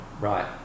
Right